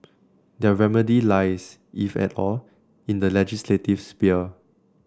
their remedy lies if at all in the legislative sphere